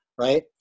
right